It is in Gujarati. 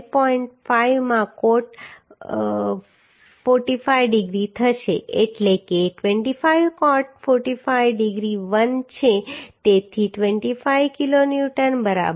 5 માં કોટ 45 ડિગ્રી થશે એટલે કે 25 કોટ 45 ડિગ્રી 1 છે તેથી 25 કિલોન્યુટન બરાબર